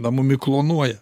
na mumi klonuoja